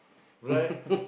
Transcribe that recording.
right